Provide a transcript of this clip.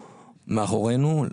מאחורינו,